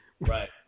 Right